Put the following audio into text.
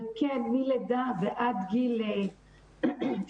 וכן מלידה ועד גיל שש.